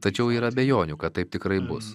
tačiau yra abejonių kad taip tikrai bus